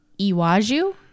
Iwaju